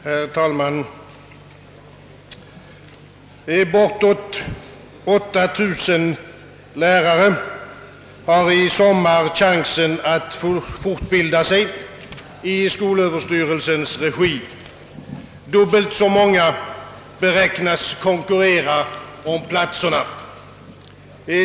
Herr talman! Bortåt 8 000 lärare har i sommar chansen att fortbilda sig i skolöverstyrelsens regi. Dubbelt så många beräknas konkurrera om platserna.